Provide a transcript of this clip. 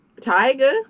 Tiger